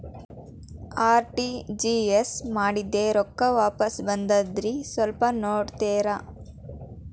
RTGS ಮಾಡಿದ್ದೆ ರೊಕ್ಕ ವಾಪಸ್ ಬಂದದ್ರಿ ಸ್ವಲ್ಪ ನೋಡ್ತೇರ?